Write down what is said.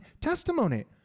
testimony